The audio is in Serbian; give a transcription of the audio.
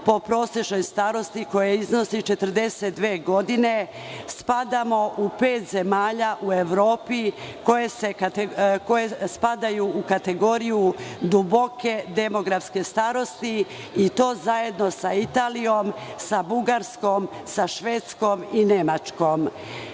po prosečnoj starosti koja iznosi 42 godine, spadamo u pet zemalja u Evropi koje spadaju u kategoriju duboke demografske starosti i to zajedno sa Italijom, sa Bugarskom, sa Švedskom i Nemačkom. Osnov